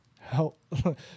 help